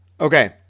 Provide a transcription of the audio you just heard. Okay